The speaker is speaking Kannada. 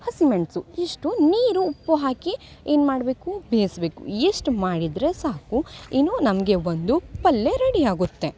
ಹಸಿಮೆಣಸು ಇಷ್ಟು ನೀರು ಉಪ್ಪು ಹಾಕಿ ಏನು ಮಾಡಬೇಕು ಬೇಯಿಸ್ಬೇಕು ಇಷ್ಟು ಮಾಡಿದರೆ ಸಾಕು ಏನು ನಮಗೆ ಒಂದು ಪಲ್ಲೆ ರೆಡಿ ಆಗುತ್ತೆ